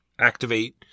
activate